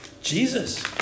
Jesus